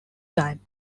time